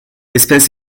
espèce